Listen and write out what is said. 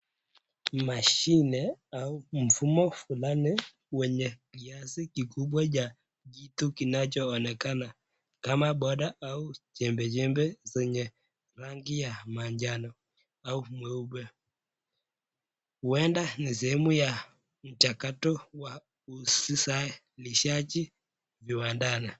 Mashine au mfumo fulani wenye kiasi kikubwa cha kitu kinachoonekana kama bodi au chembechembe zenye rangi ya manjano au mweupe. Huenda ni sehemu ya mchakato wa usisilishaji viwandani.